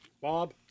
Bob